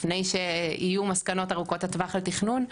לפני שיהיו מסקנות ארוכות הטווח בתכנון,